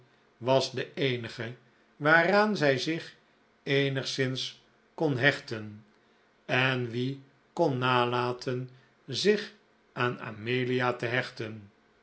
was de eenige waaraan zij zich eenigszins kon hechten en wie kon nalaten zich aan amelia te hechten